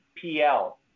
PL